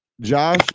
Josh